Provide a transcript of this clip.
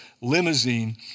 limousine